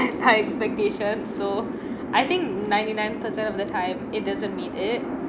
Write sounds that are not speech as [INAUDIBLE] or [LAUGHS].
[LAUGHS] expectation so I think ninety nine percent of the time it doesn't meet it